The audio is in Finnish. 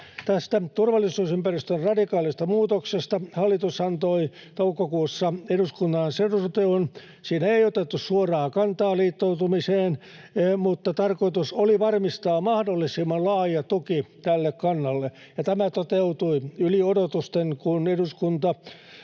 Tästä turvallisuusympäristön radikaalista muutoksesta hallitus antoi toukokuussa eduskunnalle selonteon. Siinä ei otettu suoraan kantaa liittoutumiseen, mutta tarkoitus oli varmistaa mahdollisimman laaja tuki tälle kannalle, ja tämä toteutui yli odotusten, kun eduskunta